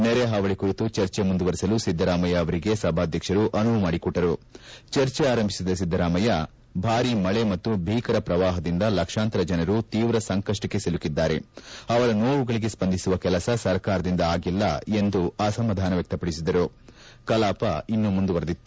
ನೆರೆ ಪಾವಳಿ ಕುರಿತು ಚರ್ಚೆ ಮುಂದುವರಿಸಲು ಸಿದ್ದರಾಮಯ್ಯಗೆ ಸಭಾಧ್ಯಕ್ಷರು ಅನುವು ಮಾಡಿಕೊಟ್ಟರು ಚರ್ಚೆ ಆರಂಭಿಸಿದ ಸಿದ್ದರಾಮಯ್ಯ ಭಾರೀ ಮಳೆ ಮತ್ತು ಭೀಕರ ಪ್ರವಾಪದಿಂದ ಲಕ್ಷಾಂತರ ಜನರು ತೀವ್ರ ಸಂಕಷ್ಟಕ್ಕೆ ಸಿಲುಕಿದ್ದಾರೆ ಅವರ ನೋವುಗಳಿಗೆ ಸ್ವಂದಿಸುವ ಕೆಲಸ ಸರ್ಕಾರದಿಂದ ಆಗಿಲ್ಲ ಎಂದು ಅಸಮಾಧಾನ ವ್ಯಕ್ತಪಡಿಸಿದರು ಕಲಾಪ ಇನ್ನೂ ಮುಂದುವರೆದಿತ್ತು